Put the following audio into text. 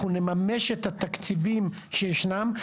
אנחנו נממש את התקציבים שישנם,